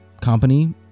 company